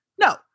No